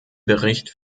bericht